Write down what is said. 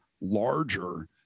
larger